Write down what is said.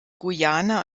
guyana